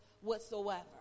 whatsoever